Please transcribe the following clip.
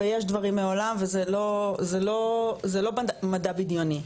ויש דברים מעולם וזה לא מדע בדיוני.